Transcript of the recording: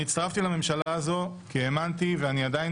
אני הצטרפתי לממשלה הזו כי האמנתי ואני עדיין